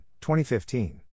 2015